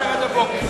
נישאר עד הבוקר,